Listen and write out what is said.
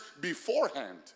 beforehand